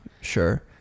sure